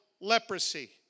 leprosy